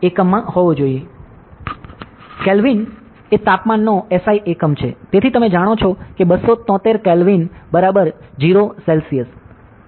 kelvin એ તાપમાનનો SI એકમ છે તેથી તમે જાણો છો કે 273 કેલ્વિન બરાબર 00 સેલ્સિયસ